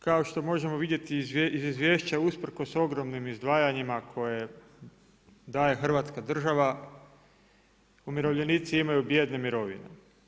Kao što možemo vidjeti iz izvješća, usprkos ogromnim izdvajanjima koje daje hrvatska država, umirovljenici imaju bijedne mirovine.